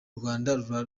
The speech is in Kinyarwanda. rwanda